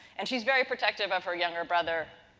and, she's very protective of her younger brother.